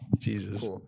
Jesus